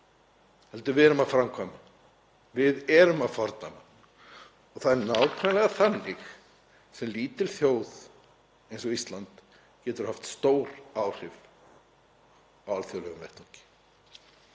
heldur að við erum að framkvæma, við erum að fordæma. Það er nákvæmlega þannig sem lítil þjóð eins og Ísland getur haft stór áhrif á alþjóðlegum vettvangi.